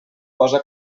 posa